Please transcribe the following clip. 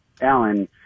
Alan